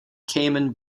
cayman